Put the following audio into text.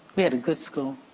we had a good school.